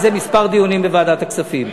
אנחנו קיימנו על זה כמה דיונים בוועדת הכספים.